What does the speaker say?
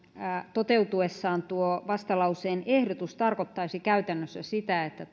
toteutuessaan vastalauseen ehdotus tarkoittaisi käytännössä sitä että